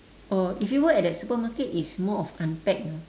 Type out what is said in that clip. oh if you work at that supermarket it's more of unpack you know